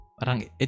Parang